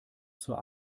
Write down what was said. zur